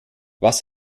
was